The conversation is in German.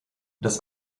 das